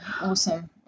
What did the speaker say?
awesome